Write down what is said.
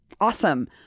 Awesome